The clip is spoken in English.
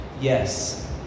Yes